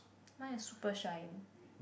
mine is super shine